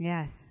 Yes